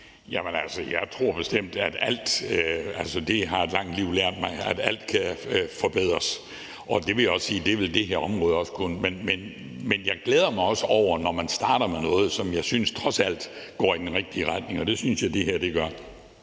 liv lært mig – kan forbedres. Og det vil jeg sige at det her område også vil kunne. Men jeg glæder mig også over det, når man starter med noget, som jeg synes trods alt går i den rigtige retning, og det synes jeg at det her gør.